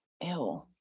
Ew